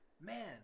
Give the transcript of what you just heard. man